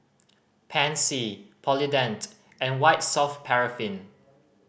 Pansy Polident and White Soft Paraffin